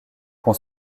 qu’on